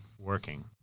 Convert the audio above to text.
working